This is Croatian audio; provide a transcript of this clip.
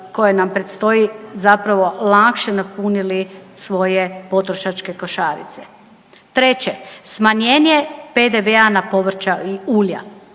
koje nam predstoji zapravo lakše napunili svoje potrošačke košarice. Treće, smanjenje PDV-a na povrća i ulja.